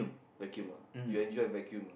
vacuum ah you enjoy vacuum ah